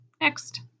next